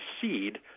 seed